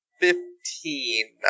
fifteen